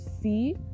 see